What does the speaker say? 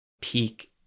peak